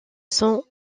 son